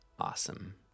Awesome